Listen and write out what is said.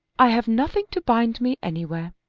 i have nothing to bind me anywhere.